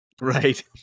right